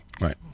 Right